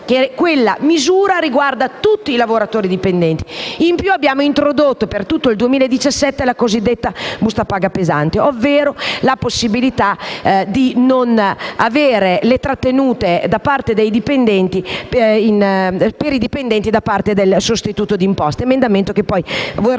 tale misura riguarda tutti i lavoratori dipendenti. In più, abbiamo introdotto, per tutto il 2017, la cosiddetta busta paga pesante, ovvero la possibilità di non avere trattenute per i dipendenti da parte del sostituto d'imposta, con un emendamento che poi voteremo